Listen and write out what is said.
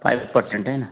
five percent है ना